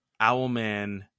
Owlman